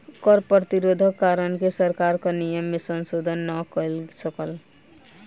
कर प्रतिरोधक कारणेँ सरकार कर नियम में संशोधन नै कय सकल